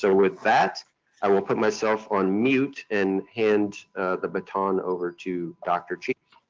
so with that i will put myself on mute and hand the baton over to dr.